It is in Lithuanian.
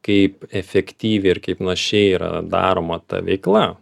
kaip efektyviai ir kaip našiai yra daroma ta veikla